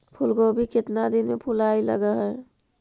फुलगोभी केतना दिन में फुलाइ लग है?